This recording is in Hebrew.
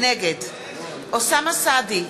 נגד אוסאמה סעדי,